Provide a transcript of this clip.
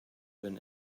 been